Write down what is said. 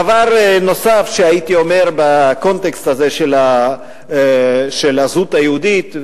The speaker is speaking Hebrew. דבר נוסף שהייתי אומר בקונטקסט הזה של הזהות היהודית,